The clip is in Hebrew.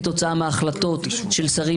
כתוצאה מהחלטות של שרים,